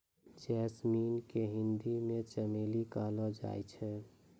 jasmine के हिंदी मे चमेली कहलो जाय छै